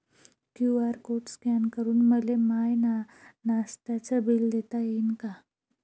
QR code scan करून मले माय नास्त्याच बिल देता येईन का?